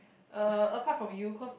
uh apart from you because